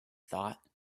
thought